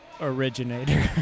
Originator